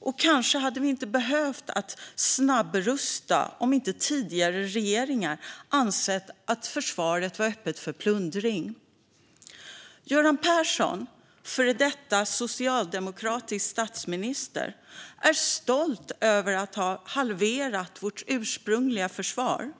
och kanske hade vi inte behövt snabbrusta om inte tidigare regeringar ansett att försvaret var öppet för plundring. Göran Persson, före detta socialdemokratisk statsminister, är stolt över att ha halverat vårt ursprungliga försvar.